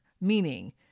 meaning